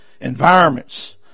Environments